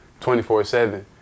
24-7